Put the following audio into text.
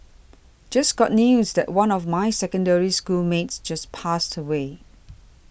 just got news that one of my Secondary School mates just passed away